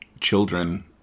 children